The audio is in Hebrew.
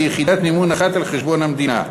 ביחידת מימון אחת על-חשבון המדינה.